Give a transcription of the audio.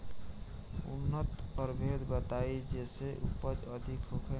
उन्नत प्रभेद बताई जेसे उपज अधिक होखे?